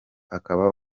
akaba